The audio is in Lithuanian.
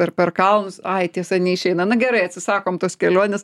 ar per kalnus ai tiesa neišeina na gerai atsisakom tos kelionės